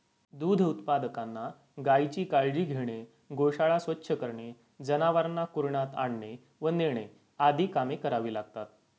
दूध उत्पादकांना गायीची काळजी घेणे, गोशाळा स्वच्छ करणे, जनावरांना कुरणात आणणे व नेणे आदी कामे करावी लागतात